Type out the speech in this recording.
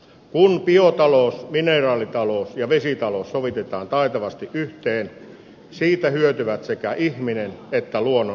kun biotalous mineraalitalous ja vesitalous sovitetaan taitavasti yhteen siitä hyötyvät sekä ihminen että luonnon ekosysteemit